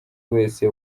wese